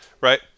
right